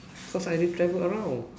cause I already travel around